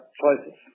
choices